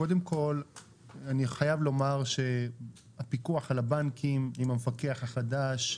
קודם כל אני חייב לומר שהפיקוח על הבנקים עם המפקח החדש,